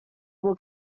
will